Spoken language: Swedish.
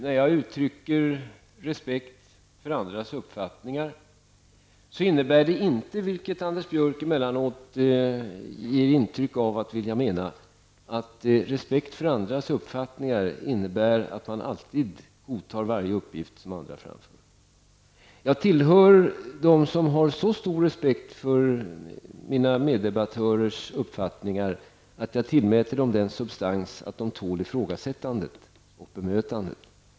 När jag uttrycker respekt för andras uppfattningar betyder det inte, vilket Anders Björck emellanåt tycks velat mena, att respekt för andras uppfattningar innebär att man alltid godtar varje uppfattning som andra framför. Jag tillhör dem som har så stor respekt för mina meddebattörers uppfattningar att jag tillmäter dem den substansen att de tål ifrågasättandet och bemötandet.